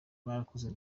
barakoze